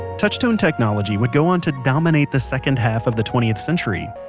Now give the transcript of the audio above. touch tone technology would go on to dominate the second half of the twentieth century.